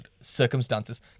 circumstances